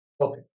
Okay